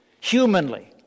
humanly